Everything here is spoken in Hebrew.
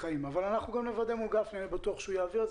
אני יושב-ראש מועדון האופנועים הישראלי.